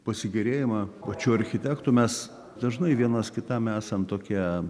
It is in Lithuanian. pasigėrėjimą pačiu architektu mes dažnai vienas kitam esam tokie